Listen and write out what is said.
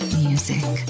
music